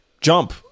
jump